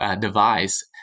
device